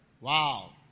Wow